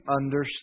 understand